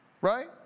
Right